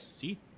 see